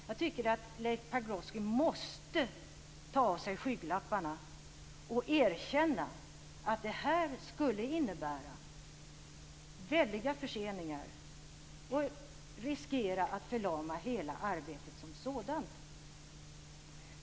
Jag tycker att Leif Pagrotsky måste ta av sig skygglapparna och erkänna att det här skulle innebära väldiga förseningar och riskera att förlama hela arbetet som sådant.